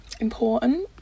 Important